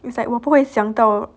it's like 我不会想到